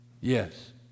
Yes